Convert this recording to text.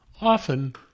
Often